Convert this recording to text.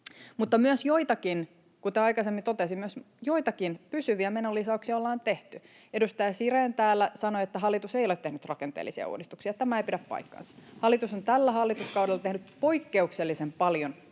Mutta myös joitakin, kuten aikaisemmin totesin, pysyviä menolisäyksiä ollaan tehty. Edustaja Sirén täällä sanoi, että hallitus ei ole tehnyt rakenteellisia uudistuksia. Tämä ei pidä paikkaansa. Hallitus on tällä hallituskaudella tehnyt poikkeuksellisen paljon rakenteellisia